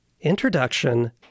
Introduction